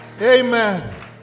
amen